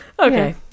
Okay